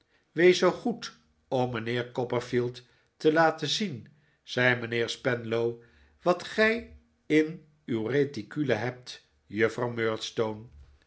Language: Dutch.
wees zoo goed om mijnheer copperfield te laten zien zei mijnheer spenlow wat gij in uw reticule hebt juffrouw